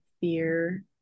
fear